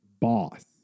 boss